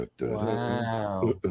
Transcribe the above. Wow